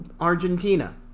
Argentina